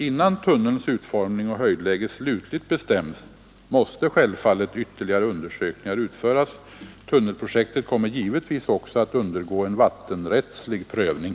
Innan tunnelns utformning och höjdläge slutligt bestäms måste självfallet ytterligare undersökningar utföras. Tunnelprojektet kommer givetvis också att undergå en vattenrättslig prövning.